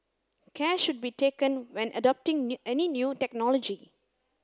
care should be taken when adopting new any new technology